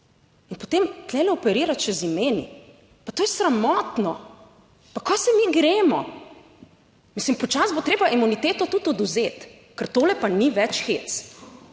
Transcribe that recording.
In potem tu operirati še z imeni, pa to je sramotno. Pa kaj se mi gremo? Mislim, počasi bo treba imuniteto tudi odvzeti, ker tole pa ni več hec.